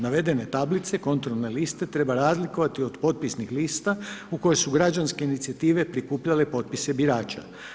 Navedene tablice i kontrolne liste treba razlikovati od potpisnih lista u koje su građanske inicijative prikupljale potpise birača.